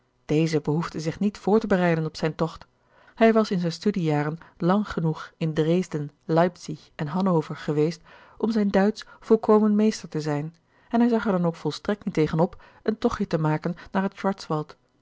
deze behoefde zich niet voor te bereiden op zijn tocht hij was in zijn studiejaren lang genoeg in dresden leipzig en hanover geweest om zijn duitsch volkomen meester te zijn en hij zag er dan ook volstrekt niet tegen op een tochtje te maken naar het schwarzwald